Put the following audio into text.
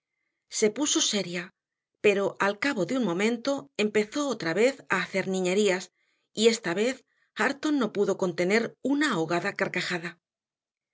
se puso seria pero al cabo de un momento empezó otra vez a hacer niñerías y esta vez hareton no pudo contener una ahogada carcajada